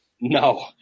No